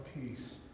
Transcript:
peace